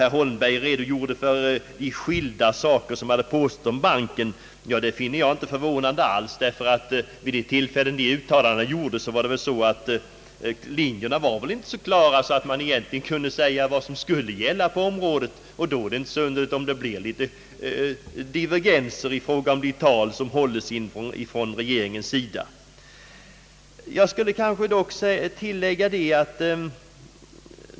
Herr Holmberg redogjorde för de skilda påståenden som gjorts om ban ken. Att sådana påståenden gjorts finner jag inte alls förvånande, ty vid de tillfällen då dessa uttalanden gjordes var linjerna inte så klara att man kunde säga vad som till slut skulle gälla på området. Det var därför inte underligt att det uppstod divergenser i de uttalanden som gjordes från regeringens sida.